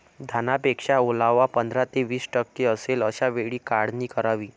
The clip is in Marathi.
धान्यामध्ये ओलावा पंधरा ते वीस टक्के असेल अशा वेळी काढणी करावी